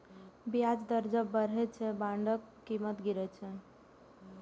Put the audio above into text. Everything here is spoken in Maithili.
ब्याज दर जब बढ़ै छै, बांडक कीमत गिरै छै